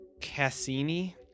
Cassini